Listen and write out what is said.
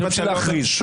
אתה שואל כדי להכריז.